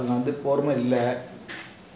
நான் வந்து பொறுமை இல்ல:naan vanthu poruma illa